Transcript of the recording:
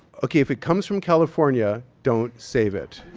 ok. if it comes from california, don't save it.